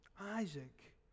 Isaac